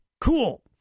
cool